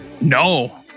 No